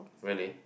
really